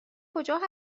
کجا